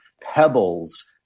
pebbles